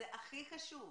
זה הכי חשוב.